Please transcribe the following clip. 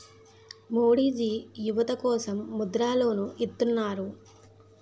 మోడీజీ యువత కోసం ముద్ర లోన్ ఇత్తన్నారు